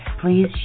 please